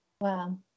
Wow